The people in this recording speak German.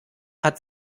hat